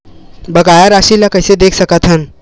बकाया राशि ला कइसे देख सकत हान?